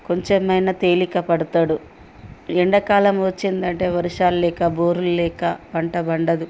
కొంచమైనా తేలికపడతాడు ఎండాకాలం వచ్చిందంటే వర్షాలు లేక బోరులు లేక పంట పండదు